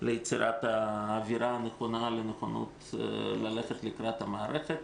ביצירת האווירה הנכונה לנכונות ללכת לקראת המערכת.